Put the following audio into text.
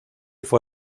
fue